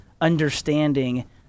understanding